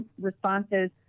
responses